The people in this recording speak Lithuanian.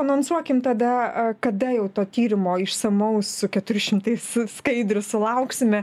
anonsuokim tada kada jau to tyrimo išsamaus su keturi šimtais skaidrių sulauksime